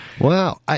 Wow